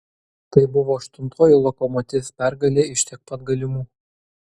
tai buvo aštuntoji lokomotiv pergalė iš tiek pat galimų